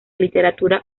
literatura